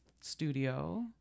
studio